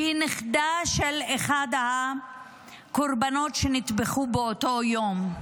שהיא נכדה של אחד הקורבנות שנטבחו באותו יום.